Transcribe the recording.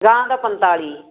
ਗਾਂ ਦਾ ਪੰਤਾਲੀ